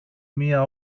μια